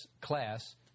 class